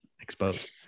exposed